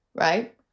right